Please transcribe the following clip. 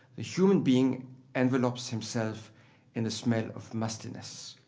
the human being envelopes himself in the smell of mustiness.